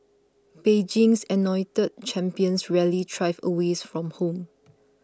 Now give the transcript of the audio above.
Beijing's anointed champions rarely thrive away from home